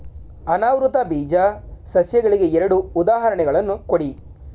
ಅನಾವೃತ ಬೀಜ ಸಸ್ಯಗಳಿಗೆ ಎರಡು ಉದಾಹರಣೆಗಳನ್ನು ಕೊಡಿ